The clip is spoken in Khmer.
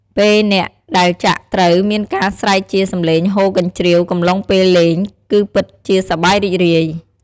ពេលអ្នកដែលចាក់ត្រូវមានការស្រែកជាសំឡេងហ៊ោកញ្ជ្រៀវកំឡុងពេលលេង គឺពិតជាសប្បាយរីករាយ។